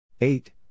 Eight